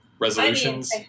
Resolutions